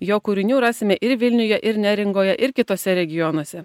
jo kūrinių rasime ir vilniuje ir neringoje ir kituose regionuose